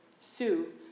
Sue